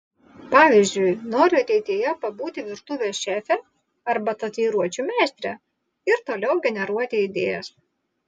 pavyzdžiui noriu ateityje pabūti virtuvės šefe arba tatuiruočių meistre ir toliau generuoti idėjas